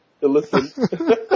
listen